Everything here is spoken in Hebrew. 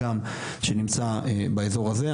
שנמצא באיזור הזה.